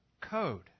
code